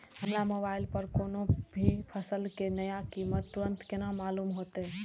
हमरा मोबाइल पर कोई भी फसल के नया कीमत तुरंत केना मालूम होते?